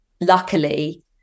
luckily